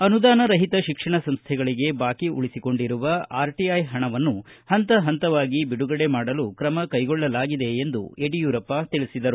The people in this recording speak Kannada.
ಅನುದಾನರಹಿತ ಶಿಕ್ಷಣ ಸಂಸ್ವೆಗಳಿಗೆ ಬಾಕಿ ಉಳಿಸಿಕೊಂಡಿರುವ ಆರ್ಟಿಐ ಪಣವನ್ನು ಪಂತ ಪಂತವಾಗಿ ಬಿಡುಗಡೆ ಮಾಡಲು ಕ್ರಮ ಕೈಗೊಳ್ಳಲಾಗಿದೆ ಎಂದು ಯಡಿಯೂರಪ್ಪ ಹೇಳಿದರು